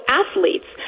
athletes